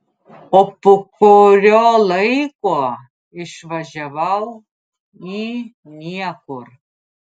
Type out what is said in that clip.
o po kurio laiko išvažiavau į niekur